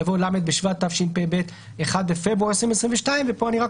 יבוא "ל' בשבט התשפ"ב (1 בפברואר 2022)". פה אני רק